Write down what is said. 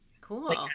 Cool